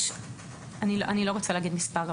אני לא רוצה להגיד מספר,